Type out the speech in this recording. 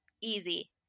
easy